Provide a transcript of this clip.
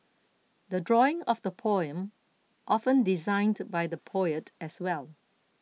the drawing of the poem often designed by the poet as well